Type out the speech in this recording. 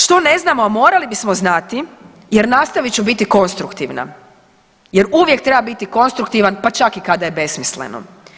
Što ne znamo, a morali bismo znati jer nastavit ću biti konstruktivna jer uvijek treba konstruktivan pa čak i kada je besmisleno.